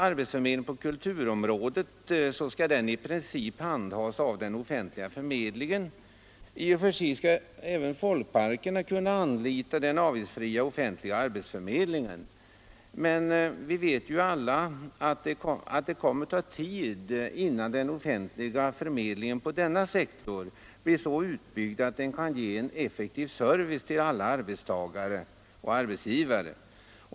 Arbetsförmedlingen på kulturområdet skall i princip handhas av den offentliga förmedlingen. I och för sig skall alltså även folkparkerna kunna anlita den avgiftsfria offentliga arbetsförmedlingen, men vi vet ju alla att det kommer att ta tid innan den offentliga förmedlingen på denna sektor blir så utbyggd att den kan ge en effektiv service till alla arbetsgivare och arbetstagare.